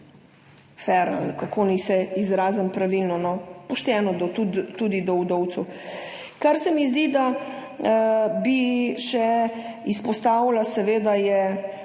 ali kako naj se izrazim pravilno, pošteno tudi do vdovcev. Kar se mi zdi, da bi še izpostavila, seveda je